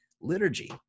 liturgy